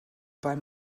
beim